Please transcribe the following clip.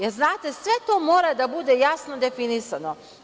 Jel, znate, sve to mora da bude jasno definisano.